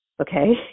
okay